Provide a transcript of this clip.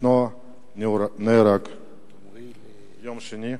אופנוע נהרג, יום שני,